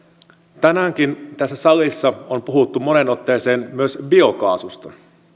tänäänkin tässä salissa on puhuttu moneen otteeseen myös biokaasusta